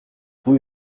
rue